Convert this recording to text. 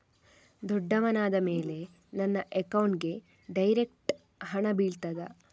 ದೊಡ್ಡವನಾದ ಮೇಲೆ ನನ್ನ ಅಕೌಂಟ್ಗೆ ಡೈರೆಕ್ಟ್ ಹಣ ಬೀಳ್ತದಾ?